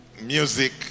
music